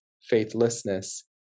faithlessness